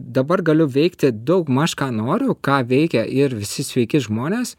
dabar galiu veikti daugmaž ką noriu ką veikia ir visi sveiki žmonės